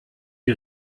die